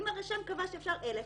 אם הרשם קבע שאפשר 1,000,